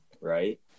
right